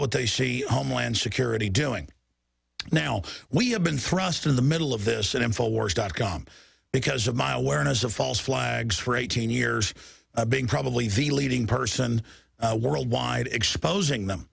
what they see homeland security doing now we have been thrust in the middle of this and infowars dot com because of my awareness of false flags for eighteen years of being probably the leading person worldwide exposing them